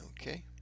okay